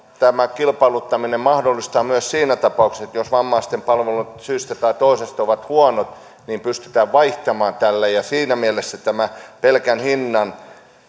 tämä kilpailuttaminen mahdollistaa myös siinä tapauksessa jos vammaisten palvelut syystä tai toisesta ovat huonot sen että pystytään vaihtamaan siinä mielessä on hyvä vaihtoehto että tähän pelkän hinnan